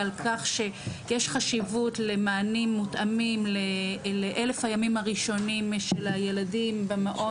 על כך שיש חשיבות למענים מותאמים לאלף הימים הראשונים של הילדים במעון,